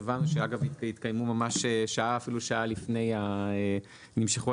שאגב נמשכו ממש עד שעה לפני הדיון,